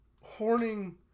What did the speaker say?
horning